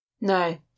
No